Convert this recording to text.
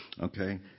Okay